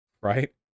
Right